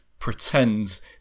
pretends